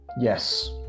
Yes